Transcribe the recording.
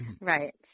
Right